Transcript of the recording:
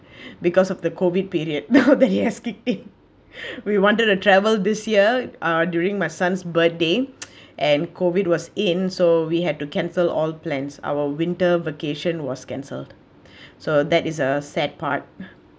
because of the COVID period now that it has kicked in we wanted to travel this year uh during my son's birthday and COVID was in so we had to cancel all plans our winter vacation was cancelled so that is a sad part